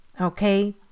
okay